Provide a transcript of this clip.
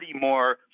more